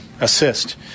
assist